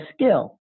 skill